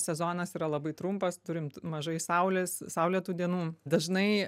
sezonas yra labai trumpas turim mažai saulės saulėtų dienų dažnai